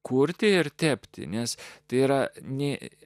kurti ir tepti nes tai yra nė